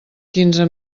quinze